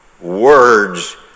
words